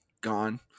gone